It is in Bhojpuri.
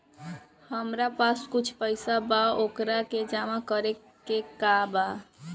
हमरा पास कुछ पईसा बा वोकरा के जमा करे के बा?